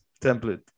template